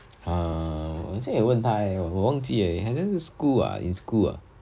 err let's 我好像有问他 eh 我忘记 eh 好像是 school ah in school